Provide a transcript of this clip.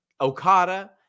Okada